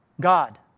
God